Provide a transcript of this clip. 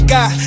God